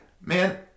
man